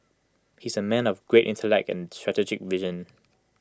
he is A man of great intellect and strategic vision